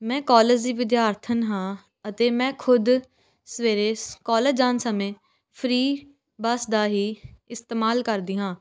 ਮੈਂ ਕੋਲੇਜ ਦੀ ਵਿਦਿਆਰਥਣ ਹਾਂ ਅਤੇ ਮੈਂ ਖੁਦ ਸਵੇਰੇ ਸ ਕੋਲੇਜ ਜਾਣ ਸਮੇਂ ਫ੍ਰੀ ਬੱਸ ਦਾ ਹੀ ਇਸਤੇਮਾਲ ਕਰਦੀ ਹਾਂ